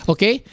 Okay